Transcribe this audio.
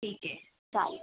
ठीक आहे चालेल